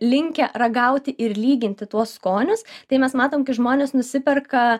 linkę ragauti ir lyginti tuos skonius tai mes matom kai žmonės nusiperka